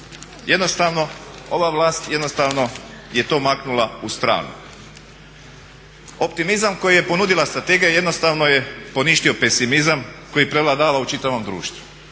jednostavno je to maknula u stranu. Optimizam koji je ponudila strategija je jednostavno poništio pesimizam koji prevladava u čitavom društvu